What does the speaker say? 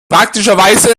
praktischerweise